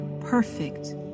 perfect